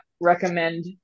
recommend